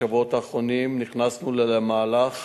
בשבועות האחרונים נכנסנו למהלך